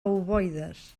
ovoides